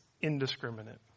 indiscriminate